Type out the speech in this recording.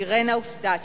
אירנה אוסדצ'י,